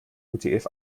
utf